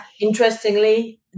Interestingly